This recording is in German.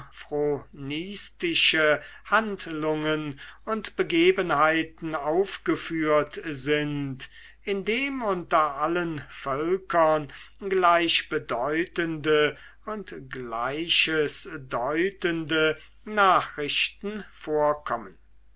handlungen und begebenheiten aufgeführt sind indem unter allen völkern gleichbedeutende und gleiches deutende nachrichten vorkommen